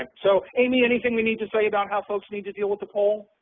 and so, amy, anything we need to say about how folks need to deal with the poll?